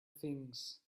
things